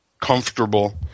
comfortable